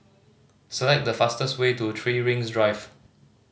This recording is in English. select the fastest way to Three Rings Drive